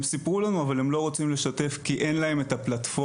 הם סיפרו לנו אבל הם לא רוצים לשתף כי אין להם את הפלטפורמה.